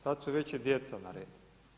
Sad su već i djeca na redu.